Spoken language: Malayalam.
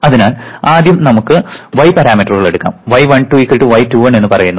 അതിനാൽ നമുക്ക് ആദ്യം y പാരാമീറ്ററുകൾ എടുക്കാം y12 y21 എന്ന് പറയുന്നു